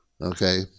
Okay